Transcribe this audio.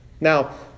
Now